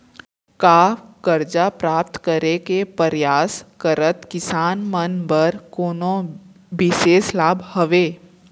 का करजा प्राप्त करे के परयास करत किसान मन बर कोनो बिशेष लाभ हवे?